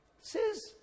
says